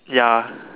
ya